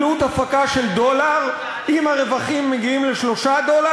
עלות הפקה של דולר אם הרווחים מגיעים ל-3 דולר,